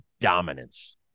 dominance